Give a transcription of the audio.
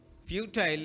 futile